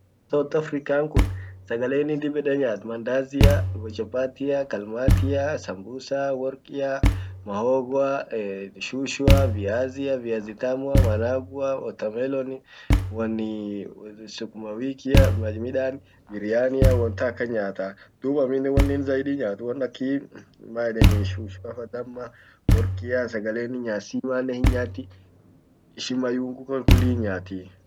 south african kun sagale innin dib ede nyaat mandazia, chapatia, kalmatia, sambusa, worqia, mahogoa